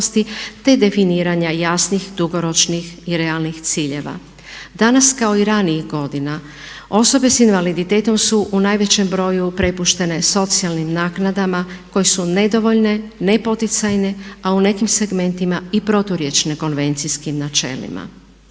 te definiranja jasnih dugoročnih i realnih ciljeva. Danas kao i ranijih godina osobe s invaliditetom su u najvećem broju prepuštene socijalnim naknadama koje su nedovoljne, nepoticajne a u nekim segmentima i proturječne konvencijskim načelima.